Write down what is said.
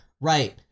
right